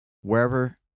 wherever